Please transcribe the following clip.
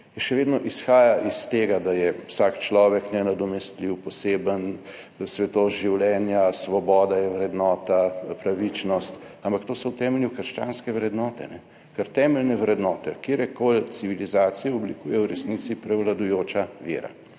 še vedno izhaja iz tega, da je vsak človek nenadomestljiv, poseben, svetost življenja, svoboda je vrednota, pravičnost, ampak to so v temelju krščanske vrednote, ker temeljne vrednote katerekoli civilizacije oblikuje v resnici prevladujoča vera